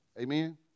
Amen